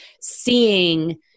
seeing